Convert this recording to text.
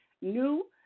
new